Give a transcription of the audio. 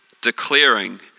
declaring